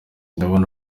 ndabona